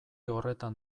horretan